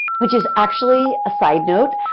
which is actually, a side note,